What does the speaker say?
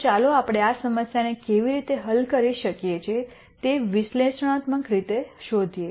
તો ચાલો આપણે આ સમસ્યાને કેવી રીતે હલ કરીએ છીએ તે વિશ્લેષણાત્મક રીતે શોધીએ